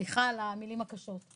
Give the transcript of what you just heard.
סליחה על המילים הקשות.